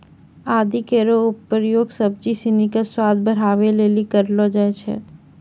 आदि केरो प्रयोग सब्जी सिनी क स्वाद बढ़ावै लेलि कयलो जाय छै